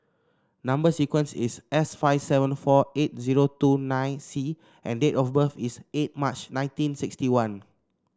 number sequence is S five seven four eight zero two nine C and date of birth is eight March nineteen sixty one